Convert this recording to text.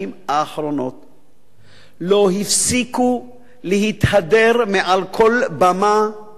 לא הפסיקו להתהדר, מעל כל במה ועל כל גבעה רמה,